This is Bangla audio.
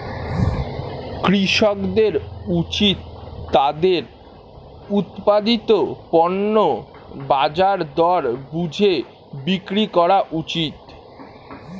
কৃষকদের উচিত তাদের উৎপাদিত পণ্য বাজার দর বুঝে বিক্রি করা উচিত